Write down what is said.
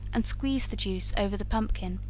and squeeze the juice over the pumpkin,